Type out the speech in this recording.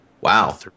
Wow